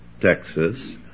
Texas